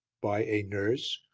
by a nurse,